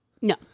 No